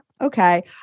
okay